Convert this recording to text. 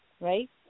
right